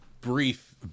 brief